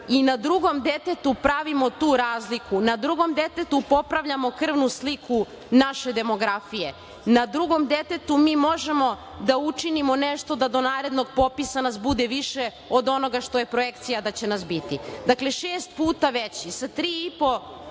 i na drugom detetu pravimo tu razliku, na drugom detetu tu popravljamo krvnu sliku naše demografije, na drugom detetu mi možemo da učinimo nešto da do narednog popisa nas bude više od onoga što je projekcija da će nas biti. Dakle, šest puta veći, sa 3,5